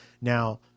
Now